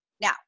Now